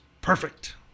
perfect